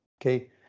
Okay